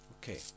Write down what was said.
Okay